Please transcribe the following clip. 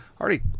already